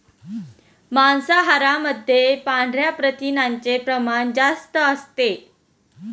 मांसाहारामध्ये पांढऱ्या प्रथिनांचे प्रमाण जास्त असते